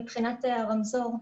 מבחינת הרמזור,